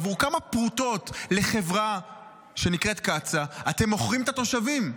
עבור כמה פרוטות לחברה שנקראת קצא"א,